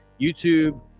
YouTube